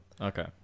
Okay